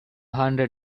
hundred